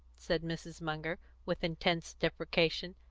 said mrs. munger, with intense deprecation,